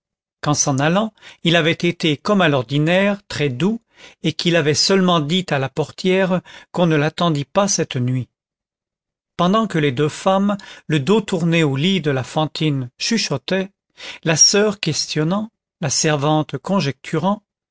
qu'en s'en allant il avait été comme à l'ordinaire très doux et qu'il avait seulement dit à la portière qu'on ne l'attendît pas cette nuit pendant que les deux femmes le dos tourné au lit de la fantine chuchotaient la soeur questionnant la servante conjecturant